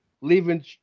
leaving